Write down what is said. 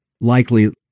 likely